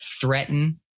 threaten